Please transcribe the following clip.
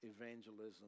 evangelism